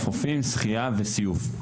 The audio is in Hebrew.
שחייה וסיוף,